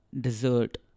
dessert